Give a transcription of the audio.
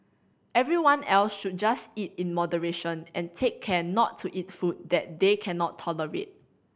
everyone else should just eat in moderation and take care not to eat food that they cannot tolerate